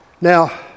Now